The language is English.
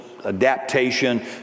adaptation